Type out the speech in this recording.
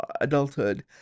adulthood